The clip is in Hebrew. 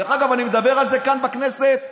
דרך אגב, אני מדבר על זה כאן בכנסת שנים.